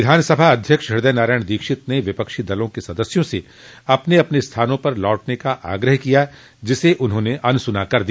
विधानसभा अध्यक्ष हृदय नारायण दीक्षित ने विपक्षी दलों के सदस्यों से अपने अपने स्थानों पर लौटने का आग्रह किया जिसे उन्होंने अनसुना कर दिया